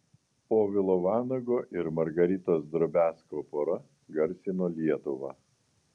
povilo vanago ir margaritos drobiazko pora garsino lietuvą